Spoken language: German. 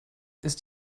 ist